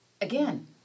Again